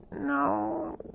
No